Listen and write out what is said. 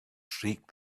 streak